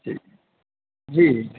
جی ٹھیک جی